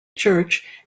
church